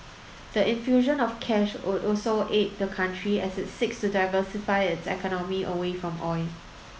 the infusion of cash would also aid the country as it seeks to diversify its economy away from oil